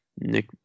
Nick